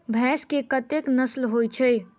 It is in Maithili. भैंस केँ कतेक नस्ल होइ छै?